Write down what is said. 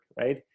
right